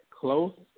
close